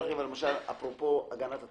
אפרופו הגנת הצרכן,